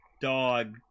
dog